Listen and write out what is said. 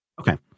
Okay